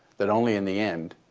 that only in the end,